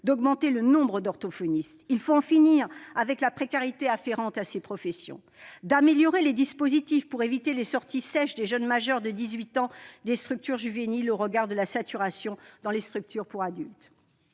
augmenter le nombre d'orthophonistes. Il faut en finir avec la précarité de ces professions. Nous proposons en outre d'améliorer les dispositifs pour éviter les sorties sèches des jeunes majeurs de 18 ans des structures juvéniles, au regard de la saturation dans les structures pour adultes.